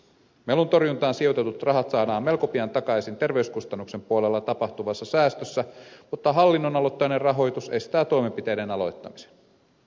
meluntorjuntaan sijoitetut rahat saadaan melko pian takaisin terveyskustannusten puolella tapahtuvissa säästöissä mutta hallinnonaloittainen rahoitus estää toimenpiteiden aloittamisen